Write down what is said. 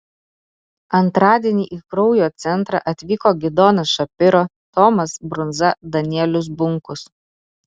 antradienį į kraujo centrą atvyko gidonas šapiro tomas brundza danielius bunkus